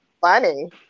funny